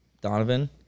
Donovan